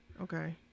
Okay